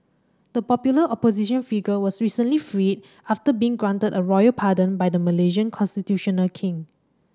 the popular opposition figure was recently freed after being granted a royal pardon by the Malaysian constitutional king